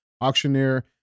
Auctioneer